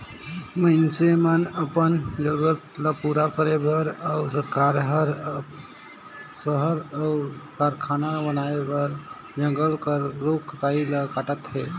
मइनसे मन अपन जरूरत ल पूरा करे बर अउ सरकार हर सहर अउ कारखाना बनाए बर जंगल कर रूख राई ल काटत अहे